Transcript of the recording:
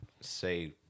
say